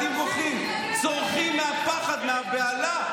הילדים בוכים, צורחים מהפחד, מהבהלה.